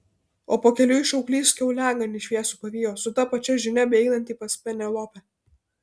o pakeliui šauklys kiauliaganį šviesų pavijo su ta pačia žinia beeinantį pas penelopę